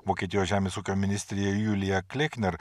vokietijos žemės ūkio ministrė julija klikner